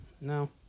no